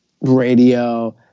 radio